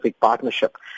partnership